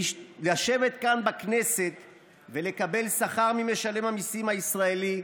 לשבת כאן, בכנסת, ולקבל שכר ממשלם המיסים הישראלי,